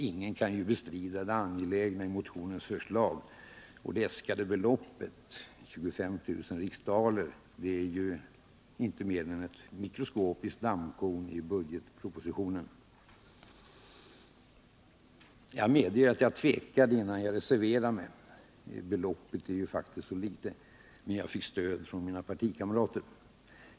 Ingen kan ju bestrida det angelägna i motionens förslag, och det äskade beloppet, 25 000 riksdaler, är ju inte mer än ett mikroskopiskt dammkorn i budgetpropositionen. Jag tvekade innan jag reserverade mig — beloppet är ju faktiskt så litet - men jag fick stöd från mina partikamrater.